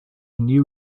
knew